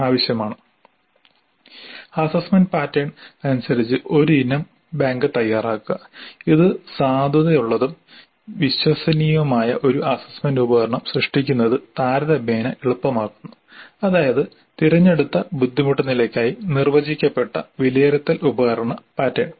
ആവശ്യമാണ് assessment pattern അനുസരിച്ച് ഒരു ഇനം ബാങ്ക് തയ്യാറാക്കുക ഇത് സാധുതയുള്ളതും വിശ്വസനീയവുമായ ഒരു അസ്സസ്സ്മെന്റ് ഉപകരണം സൃഷ്ടിക്കുന്നത് താരതമ്യേന എളുപ്പമാക്കുന്നു അതായത് തിരഞ്ഞെടുത്ത ബുദ്ധിമുട്ട് നിലയ്ക്കായി നിർവചിക്കപ്പെട്ട വിലയിരുത്തൽ ഉപകരണ പാറ്റേൺ